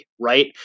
right